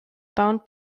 bound